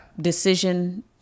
decision